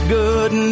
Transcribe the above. good